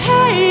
Hey